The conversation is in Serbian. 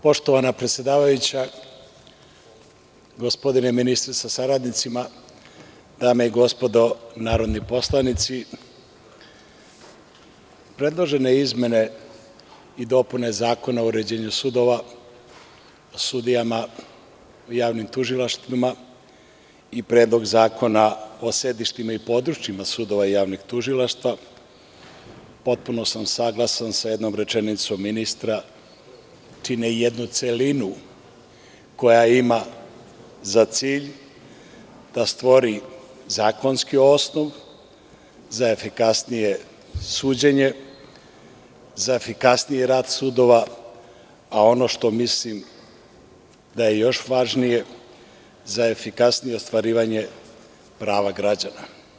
Poštovana predsedavajuća, gospodine ministre sa saradnicima, dame i gospodo narodni poslanici, predložene izmene i dopune Zakona o uređenju sudova, sudijama, o javnim tužilaštvima i Predlog zakona o sedištima i područjima sudova i javnih tužilaštava, potpuno sam saglasan sa jednom rečenicom ministra, čine jednu celinu koja ima za cilj da stvori zakonski osnov za efikasnije suđenje, za efikasniji rad sudova, a ono što mislim da je još važnije, za efikasnije ostvarivanje prava građana.